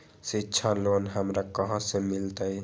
शिक्षा लोन हमरा कहाँ से मिलतै?